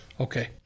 Okay